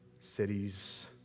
cities